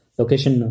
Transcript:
location